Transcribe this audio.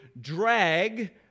drag